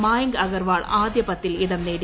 മായങ്ക് അഗർവാൾ ആദ്യ പത്തിൽ ഇടം നേടി